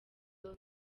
www